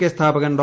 K സ്ഥാപകൻ ഡോ